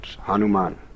Hanuman